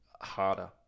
harder